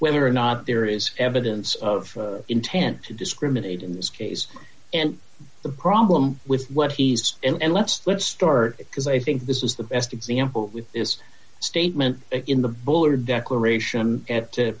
whether or not there is evidence of intent to discriminate in this case and the problem with what he's and let's let's start because i think this is the best example with this statement in the buller declaration